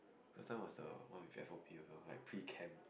first time was the one with F_O_P also like pre camp